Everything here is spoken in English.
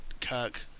Kirk